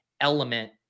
element